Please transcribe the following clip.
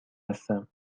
هستم